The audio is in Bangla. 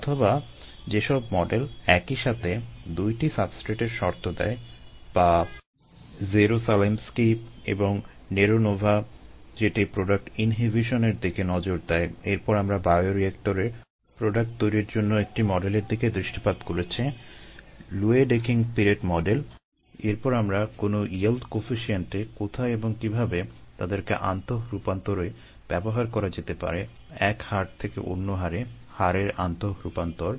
অথবা যেসব মডেল একই সাথে দুইটি সাবস্ট্রেটের শর্ত দেয় বা জেরুসালিমস্কি এবং নেরোনোভা কোথায় এবং কীভাবে তাদেরকে আন্তঃ রূপান্তরে ব্যবহার করা যেতে পারে এক হার থেকে অন্য হারে হারের আন্তঃ রূপান্তর